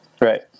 Right